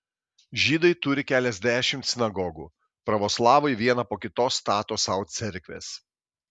žydai turi keliasdešimt sinagogų pravoslavai vieną po kitos stato sau cerkves